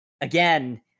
again